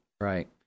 Right